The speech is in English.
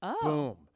boom